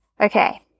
Okay